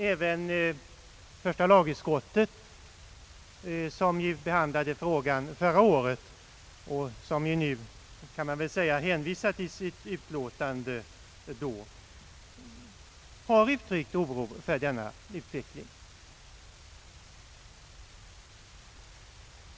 Även första lagutskottet, som ju behandlade frågan förra året och som nu hänvisar till sitt utlåtande då, har uttryckt oro för denna utveckling.